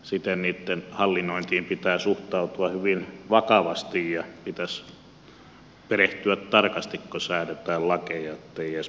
siten niitten hallinnointiin pitää suhtautua hyvin vakavasti ja pitäisi perehtyä tarkasti kun säädetään lakeja ettei jäisi porsaanreikiä